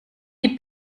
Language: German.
die